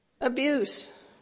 abuse